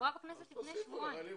עברה בכנסת לפני שבועיים.